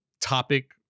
topic